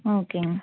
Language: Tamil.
ஓகேங்க